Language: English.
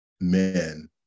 men